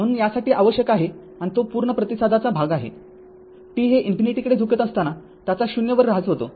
म्हणून यासाठी आवश्यक आहे आणि तो पूर्ण प्रतिसादाचा भाग आहे t हे ∞ कडे झुकत असताना त्याचा ० वर ऱ्हास होतो